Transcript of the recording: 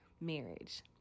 marriage